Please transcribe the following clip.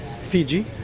Fiji